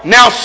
Now